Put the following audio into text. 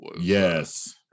yes